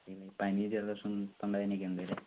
പനി ജലദോഷം തൊണ്ടവേദനയൊക്കെ ഉണ്ടല്ലെ